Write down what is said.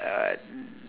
err